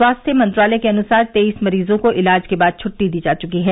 स्वास्थ्य मंत्रालय के अनुसार तेईस मरीजों को इलाज के बाद छुट्टी दी जा चुकी है